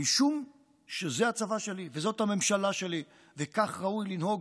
משום שזה הצבא שלי וזאת הממשלה שלי וכך ראוי לנהוג.